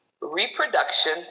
reproduction